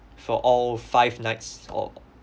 for all five nights or